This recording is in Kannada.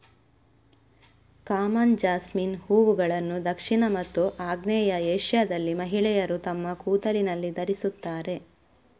ಕಾಮನ್ ಜಾಸ್ಮಿನ್ ಹೂವುಗಳನ್ನು ದಕ್ಷಿಣ ಮತ್ತು ಆಗ್ನೇಯ ಏಷ್ಯಾದಲ್ಲಿ ಮಹಿಳೆಯರು ತಮ್ಮ ಕೂದಲಿನಲ್ಲಿ ಧರಿಸುತ್ತಾರೆ